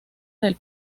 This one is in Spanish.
del